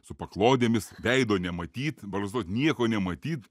su paklodėmis veido nematyt barzdos nieko nematyt